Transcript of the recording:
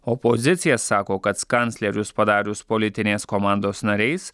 opozicija sako kad kanclerius padarius politinės komandos nariais